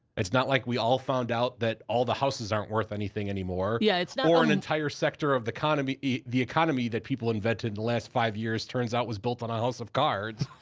it's not like we all found out that all the houses aren't worth anything anymore yeah, it's not or an entire sector of the economy the economy that people invented the and last five years, turns out, was built on a house of cards.